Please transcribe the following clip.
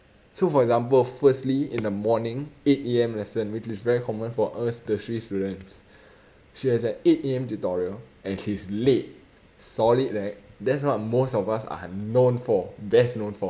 so for example firstly in the morning eight A_M lesson which is very common for us tertiary students she has at eight A_M tutorial and she is late solid right that's what most of us are known for best known for